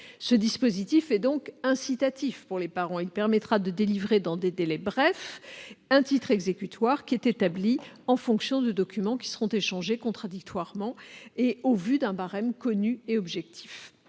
Ce dispositif est donc incitatif pour les parents ; il permettra de délivrer dans des délais brefs un titre exécutoire établi en fonction de documents qui seront échangés contradictoirement, sur le fondement d'un barème connu et objectif.